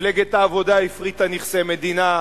מפלגת העבודה הפריטה נכסי מדינה,